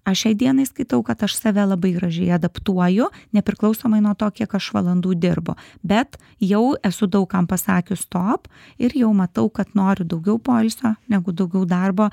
aš šiai dienai skaitau kad aš save labai gražiai adaptuoju nepriklausomai nuo to kiek aš valandų dirbu bet jau esu daug kam pasakius stop ir jau matau kad noriu daugiau poilsio negu daugiau darbo